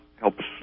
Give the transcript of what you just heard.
helps